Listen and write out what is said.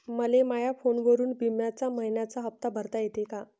मले माया फोनवरून बिम्याचा मइन्याचा हप्ता भरता येते का?